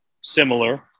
similar